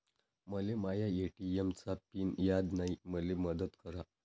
मले माया ए.टी.एम चा पिन याद नायी, मले मदत करा